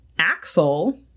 Axel